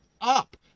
up